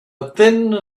thin